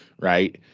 right